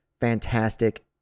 fantastic